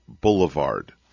Boulevard